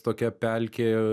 tokia pelkė